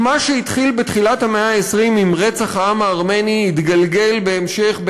כי מה שהתחיל בתחילת המאה ה-20 ברצח העם הארמני התגלגל בהמשך,